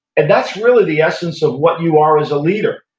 and that's really the essence of what you are as a leader.